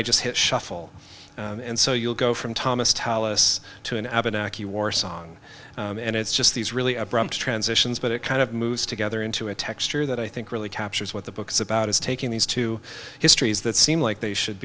i just hit shuffle and so you'll go from thomas tallis to an abbot akki war song and it's just these really abrupt transitions but it kind of moves together into a texture that i think really captures what the book's about is taking these two histories that seem like they should